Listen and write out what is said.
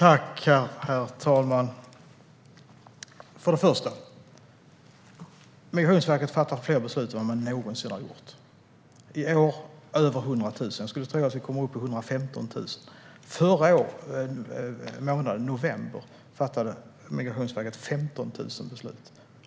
Herr talman! Migrationsverket fattar fler beslut än vad man någonsin har gjort. I år har man fattat över 100 000 beslut - jag skulle tro att antalet kommer upp i 115 000. Förra månaden, november, fattade Migrationsverket 15 000 beslut, vilket